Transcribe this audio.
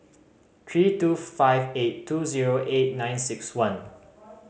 three two five eight two zero eight nine six one